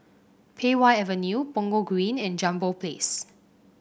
Pei Wah Avenue Punggol Green and Jambol Place